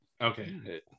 Okay